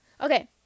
Okay